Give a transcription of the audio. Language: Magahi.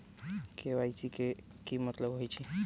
के.वाई.सी के कि मतलब होइछइ?